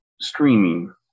streaming